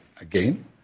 again